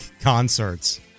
concerts